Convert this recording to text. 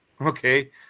okay